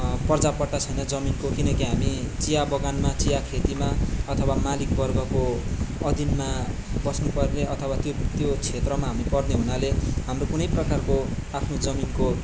पर्जापट्टा छैन जमिनको किन कि हामी चिया बगानमा चिया खेतीमा अथवा मालिकवर्गको अधीनमा बस्नु पर्ने अथवा त्यो क्षेत्रमा पर्ने हुनाले हाम्रो कुनै प्रकारको आफ्नो जमिनको